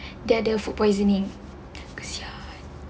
dia ada food poisoning kesian